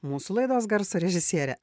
mūsų laidos garso režisierė